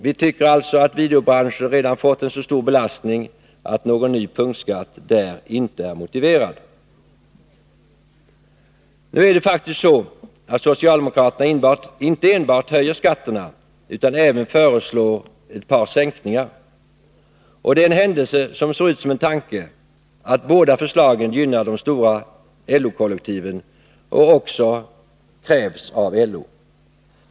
Vi tycker alltså att videobranschen redan fått en så stor belastning att någon ny punktskatt inte är motiverad. Nu är det faktiskt så att socialdemokraterna inte enbart vill höja skatterna utan även föreslår ett par sänkningar. Det är en händelse som ser ut som en tanke att båda förslagen gynnar de stora LO-kollektiven och också har framställts av LO.